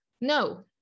No